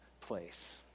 place